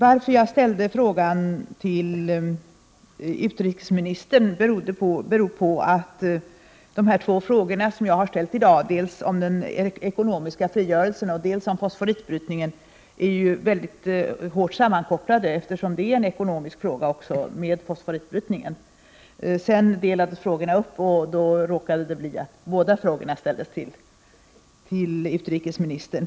Att jag ställde frågan till utrikesministern beror på att de två frågor som jag har ställt till i dag, dels om den ekonomiska frigörelsen i Estland, dels om fosforitbrytningen, är väldigt hårt sammankopplade. Även fosforitbrytningen är ju en ekonomisk fråga. När frågorna delades upp, råkade det bli så att båda ställdes till utrikesministern.